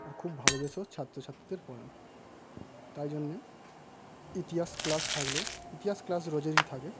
আর খুব ভালোবেসে ছাত্র ছাত্রীদের পড়ান তাই জন্যে ইতিহাস ক্লাস থাকলে ইতিহাস ক্লাস রোজেরই থাকে